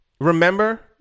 remember